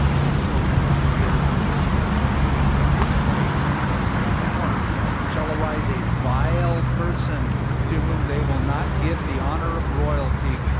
is spoken about here in verse twenty one. and in his place that is the guy before him shall arise a vile person to whom they will not give the honor of royalty.